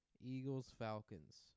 Eagles-Falcons